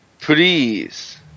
please